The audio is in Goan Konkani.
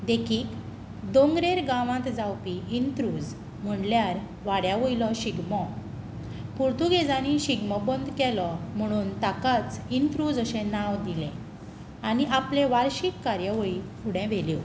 दोंगरेर गांवांत जावपी इंत्रूज म्हणल्यार वाड्या वयलो शिगमो पोर्तुगेजांनी शिगमो बंद केलो म्हणून ताकाच इंत्रूज अशें नांव दिलें आनी आपल्यो वार्षिक कार्यावळी फुडें व्हेल्यो